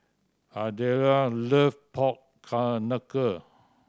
Ardelle loves pork knuckle